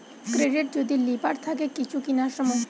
credit যদি লিবার থাকে কিছু কিনার সময়